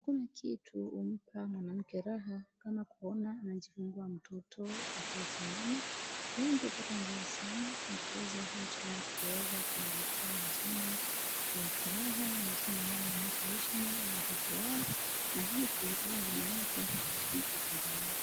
Hakuna kitu humpa mwanamke raha kama kuona anajifungua mtoto akiwa salama. Wengi hupatwa na raha sana na kuweza hata kuweza kuwapatia majina ya furaha, majina yanayoonyesha heshima kwa watoto wao na hivi hawa wanawake huweza kuheshimika pande zote.